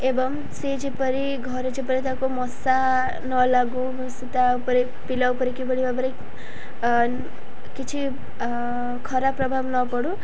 ଏବଂ ସେ ଯେପରି ଘରେ ଯେପରି ତାକୁ ମଶା ନ ଲାଗୁ ତା ଉପରେ ପିଲା ଉପରେ କିଭଳି ଭାବରେ କିଛି ଖରା ପ୍ରଭାବ ନପଡ଼ୁ